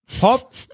Pop